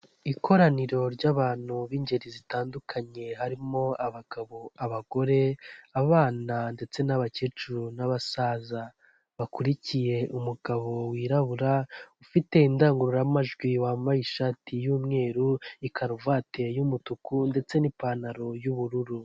Ikoraniro ry'abantu b'ingeri zitandukanye, harimo abagabo, abagore, abana, ndetse n'abakecuru, n'abasaza. Bakurikiye umugabo wirabura, ufite indangururamajw, wambaye ishati y'umweru, ikaruvate y'umutuku, ndetse n'ipantaro y'ubururu.